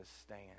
stand